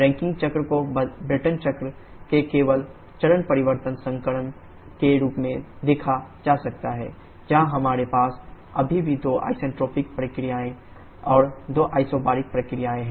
Rankine चक्र को Brayton चक्र के केवल चरण परिवर्तन संस्करण के रूप में देखा जा सकता है जहां हमारे पास अभी भी दो आइसेंट्रोपिक प्रक्रियाएं और दो आइसोबैरिक प्रक्रियाएं हैं